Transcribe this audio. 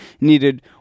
needed